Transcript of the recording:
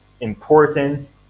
important